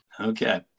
Okay